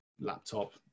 laptop